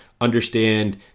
understand